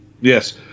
Yes